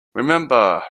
remember